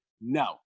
No